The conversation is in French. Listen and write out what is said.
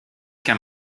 qu’un